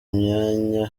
imyanya